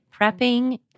prepping